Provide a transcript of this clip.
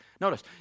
Notice